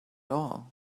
all